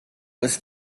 was